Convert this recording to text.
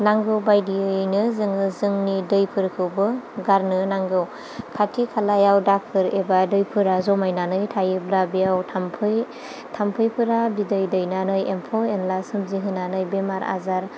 नांगौ बायदियैनो जोङो जोंनि दैफोरखौबो गारनो नांगौ खाथि खालायाव दाखोर एबा दैफोरा जमायनानै थायोब्ला बेयाव थाम्फै थाम्फैफोरा बिदै दैनानै एम्फौ एनला सोमजिहोनानै बेमार आजार